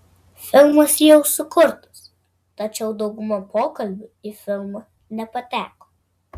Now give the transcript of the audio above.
filmas jau sukurtas tačiau dauguma pokalbių į filmą nepateko